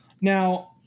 Now